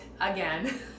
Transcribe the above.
again